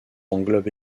englobe